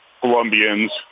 Colombians